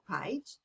page